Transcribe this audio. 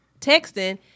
texting